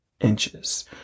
inches